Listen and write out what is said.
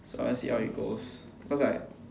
so I'll see how it goes cause like